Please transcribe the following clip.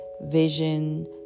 vision